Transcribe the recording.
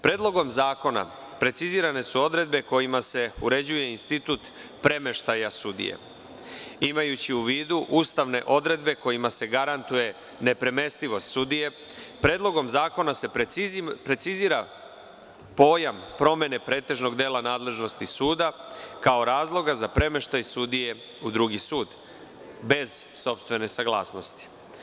Predlogom zakona precizirane su odredbe kojima se uređuje institut premeštaja sudije, imajući u vidu ustavne odredbe kojima se garantuje nepremestivost sudije, predlogom zakona se precizira pojam promene pretežnog dela nadležnosti suda, kao razloga za premeštaj sudije u drugi sud, bez sopstvene saglasnosti.